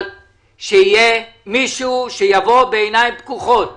אבל שיהיה מישהו שיבוא בעיניים פקוחות ויגיד: